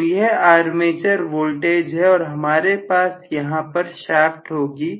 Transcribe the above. तो यह armature voltage है और हमारे पास यहां पर शाफ्ट होगी